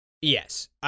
Yes